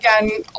again